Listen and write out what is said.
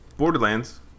Borderlands